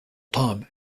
tom